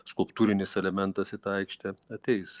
skulptūrinis elementas į tą aikštę ateis